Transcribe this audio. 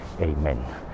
Amen